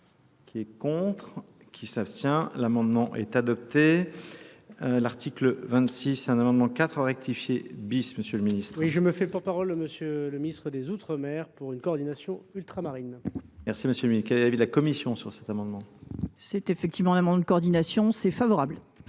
qui est contre, qui s'abstient. L'amendement est adopté. L'article 26, c'est un amendement 4, rectifié bis Monsieur le Ministre. Oui, je Oui, je me fais par parole Monsieur le Ministre des Outre-mer pour une coordination ultramarine. Merci Monsieur le Ministre. Quelle est l'avis de la Commission sur cet amendement ? C'est effectivement l'amendement de coordination, c'est favorable.